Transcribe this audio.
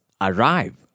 Arrive